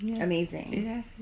amazing